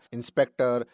Inspector